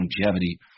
longevity